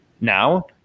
now